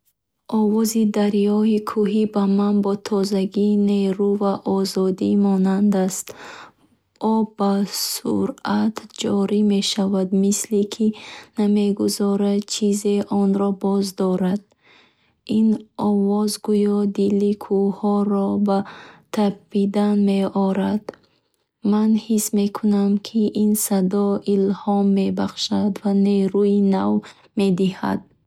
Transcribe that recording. Овози дарёи кӯҳӣ ба ман бо тозагӣ, нерӯ ва озодӣ монанд аст. Об бо суръат ҷорӣ мешавад, мисли ки намегузорад чизе онро боздорад. Ин овоз гӯё дили кӯҳҳоро ба тапидан меорад. Ман ҳис мекунам, ки ин садо илҳом мебахшад ва нерӯи нав медиҳад.